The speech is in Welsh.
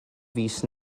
fis